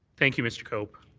thank you, mr. cope.